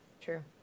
True